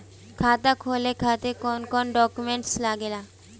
खाता खोले के खातिर कौन कौन डॉक्यूमेंट लागेला?